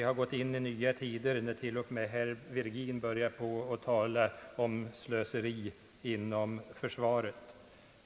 Herr talman!